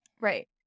Right